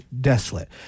desolate